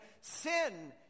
sin